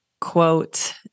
quote